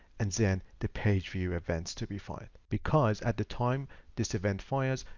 and then the page view events to be fine, because at the time this event fires,